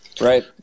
right